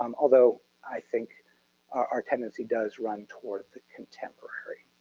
um although i think our tendency does run toward the contemporary.